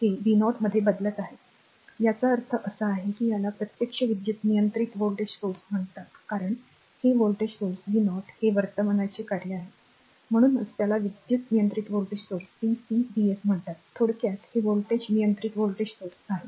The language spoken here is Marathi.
हे v 0 मध्ये बदलत आहे याचा अर्थ असा आहे की याला प्रत्यक्ष विद्युत् नियंत्रित व्होल्टेज स्त्रोत म्हणतात कारण हे व्होल्टेज स्रोत v0 हे वर्तमानचे कार्य आहे म्हणूनच त्याला विद्युत् नियंत्रित व्होल्टेज स्त्रोत CCVS म्हणतात थोडक्यात ते व्होल्टेज नियंत्रित व्होल्टेज स्रोत VCVS आहे